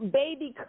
baby